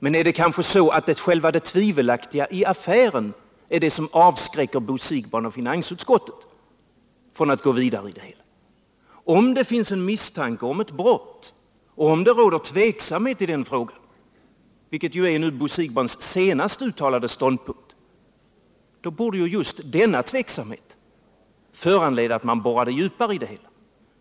Men det är kanske så att själva det tvivelaktiga i affären är det som avskräcker Bo Siegbahn och finansutskottet från att gå vidare med frågan? Om det finns en misstanke om ett brott och om det råder tveksamhet en fråga - vilket ju är Bo Siegbahns senast uttalade ståndpunkt — då borde ju just denna tveksamhet föranleda att man borrade djupare i det hela.